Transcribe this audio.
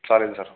चालेल सर